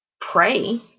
Pray